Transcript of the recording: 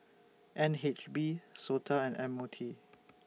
N H B Sota and M O T